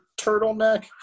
turtleneck